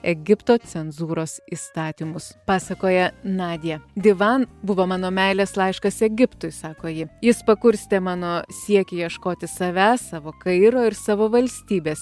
egipto cenzūros įstatymus pasakoja nadja divan buvo mano meilės laiškas egiptui sako ji jis pakurstė mano siekį ieškoti savęs savo kairo ir savo valstybės